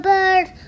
Bird